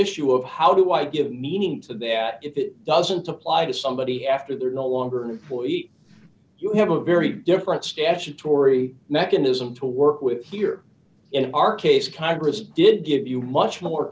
issue of how do i give meaning to that if it doesn't apply to somebody after they're no longer and you have a very different statutory mechanism to work with here in our case congress did give you much more